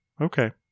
okay